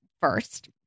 first